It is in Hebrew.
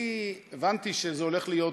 אני הבנתי שזה הולך להיות